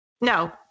No